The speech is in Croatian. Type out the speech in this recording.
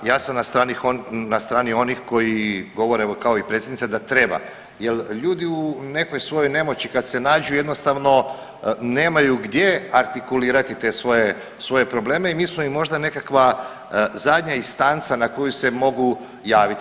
Ja sam na strani onih koji govore evo kao i predsjednica da treba jel ljudi u nekoj svojoj nemoći kad se nađu jednostavno nemaju gdje artikulirati te svoje, svoje probleme i mi smo im možda nekakva zadnja instanca na koju se mogu javiti.